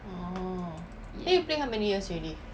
orh then you play how many years already